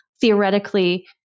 theoretically